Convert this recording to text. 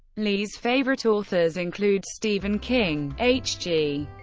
lee's favorite authors include stephen king, h. g.